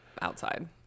outside